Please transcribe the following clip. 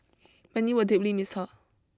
many will deeply miss her